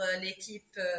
l'équipe